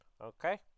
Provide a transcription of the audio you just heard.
Okay